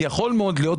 כי יכול מאוד להיות,